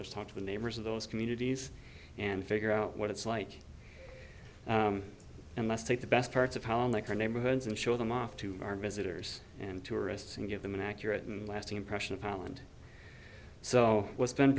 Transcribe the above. talk to the neighbors in those communities and figure out what it's like and let's take the best parts of town like our neighborhoods and show them off to our visitors and tourists and give them an accurate and lasting impression of talent so what's been